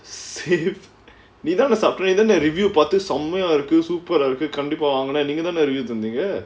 safe நீ தான:nee thaana review பாத்து செம்மையை இருக்கு:paathu semmaya irukku super eh இருக்கு கண்டிப்பா வாங்கணும் நீங்க தான:irukku kandippaa vaanganum neenga thaana review தந்தீங்க:thantheenga